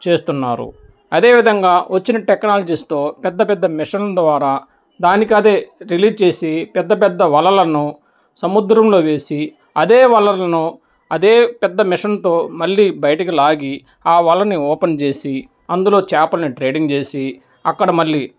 చేస్తున్నారు అదేవిధంగా వచ్చిన టెక్నాలజీస్తో పెద్ద పెద్ద మిషన్ ద్వారా దానికి అదే రిలీజ్ చేసి పెద్ద పెద్ద వలలను సముద్రంలో వేసి అదే వలలను అదే పెద్ద మిషన్తో మళ్ళీ బయటకి లాగి ఆ వలని ఓపెన్ చేసి అందులో చాపల్ని ట్రేడింగ్ చేసి అక్కడ మళ్ళీ